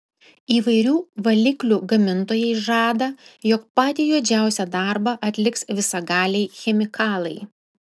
įvairių valiklių gamintojai žada jog patį juodžiausią darbą atliks visagaliai chemikalai